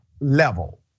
level